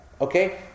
Okay